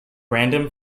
random